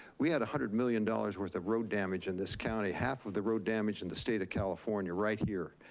we had one hundred million dollars worth of road damage in this county. half of the road damage in the state of california. right here.